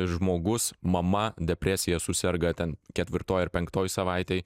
žmogus mama depresija suserga ten ketvirtoj ar penktoj savaitėj